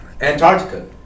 Antarctica